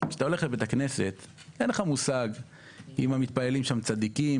כשאתה הולך לבית הכנסת אין לך מושג אם המתפללים שם צדיקים,